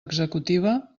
executiva